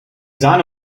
sahne